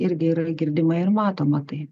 irgi yra girdima ir matoma tai